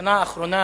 שבשנה האחרונה